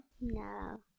No